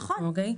נכון.